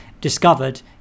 discovered